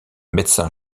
médecin